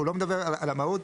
הוא לא מדבר על המהות.